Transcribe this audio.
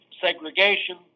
segregation